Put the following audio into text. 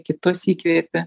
kitus įkvėpi